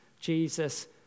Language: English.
Jesus